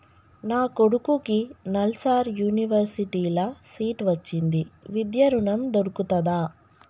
నా కొడుకుకి నల్సార్ యూనివర్సిటీ ల సీట్ వచ్చింది విద్య ఋణం దొర్కుతదా?